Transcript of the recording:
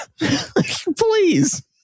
Please